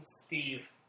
Steve